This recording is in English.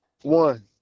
one